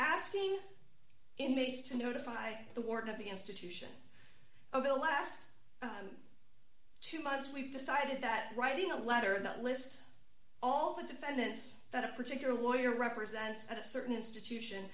asking inmates to notify the warden of the institution over the last two months we've decided that writing a letter that list all the defendants that a particular lawyer represents a certain institution